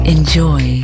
Enjoy